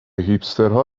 هیپسترها